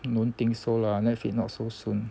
I don't think so lah netflix not so soon